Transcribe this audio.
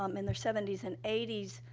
um in their seventy s and eighty s.